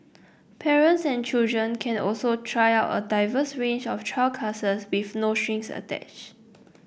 parents and children can also try out a diverse range of trial classes with no strings attached